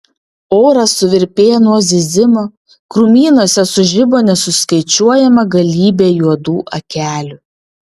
oras suvirpėjo nuo zyzimo krūmynuose sužibo nesuskaičiuojama galybė juodų akelių